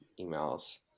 emails